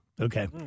Okay